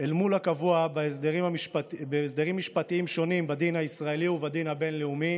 אל מול הקבוע בהסדרים משפטיים שונים בדין הישראלי ובדין הבין-לאומי